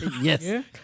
Yes